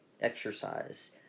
exercise